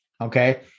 okay